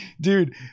dude